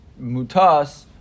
mutas